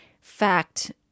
fact